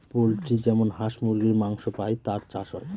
poultry যেমন হাঁস মুরগীর মাংস পাই তার চাষ হয়